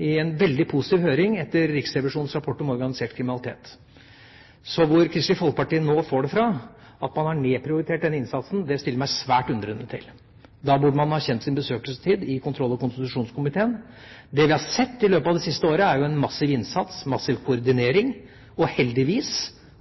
i en veldig positiv høring etter Riksrevisjonens rapport om organisert kriminalitet. Så hvor Kristelig Folkeparti får det fra at man har nedprioritert denne innsatsen, stiller jeg meg svært undrende til. Da burde man ha kjent sin besøkelsestid i kontroll- og konstitusjonskomiteen. Det vi har sett i løpet av det siste året, er en massiv innsats, en massiv koordinering og heldigvis